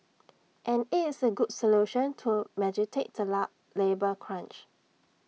and IT is A good solution to the labour crunch